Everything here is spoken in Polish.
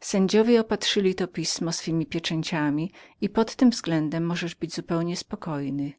sędziowie opatrzyli to pismo swemi pieczęciami i pod tym względem możesz być zupełnie spokojnym